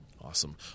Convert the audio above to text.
awesome